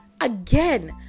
again